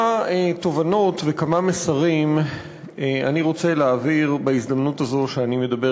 אני רוצה להעביר בהזדמנות הזאת שאני מדבר